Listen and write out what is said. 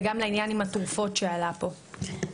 וגם לעניין עם התרופות שעלה פה.